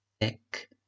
thick